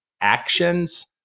actions